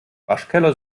waschkeller